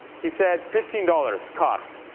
he said fifteen dollars cost.